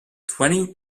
twenty